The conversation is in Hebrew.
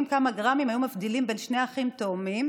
כמה גרמים היו מבדילים בין שני אחים תאומים